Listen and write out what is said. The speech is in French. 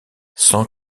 sans